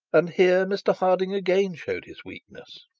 and her, mr harding again showed his weakness.